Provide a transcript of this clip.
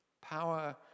Power